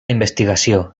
investigació